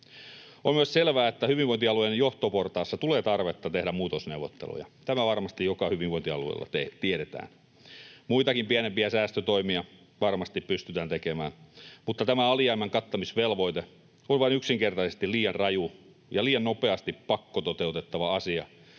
On myös selvää, että hyvinvointialueiden johtoportaassa tulee tarvetta tehdä muutosneuvotteluja. Tämä varmasti joka hyvinvointialueella tiedetään. Muitakin pienempiä säästötoimia varmasti pystytään tekemään, mutta tämä alijäämän kattamisvelvoite on vain yksinkertaisesti liian raju ja liian nopeasti pakkototeutettava asia